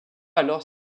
alors